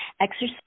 Exercise